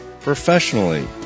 professionally